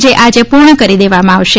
જે આજે પૂર્ણ કરી દેવામાં આવશે